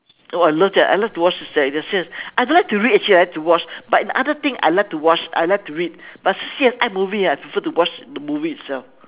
oh I love that I love to watch C_S_I I don't like to read actually I like to watch but in other thing I like to watch I like to read but C_S_I movie I prefer to watch the movie itself